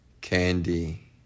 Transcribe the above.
Candy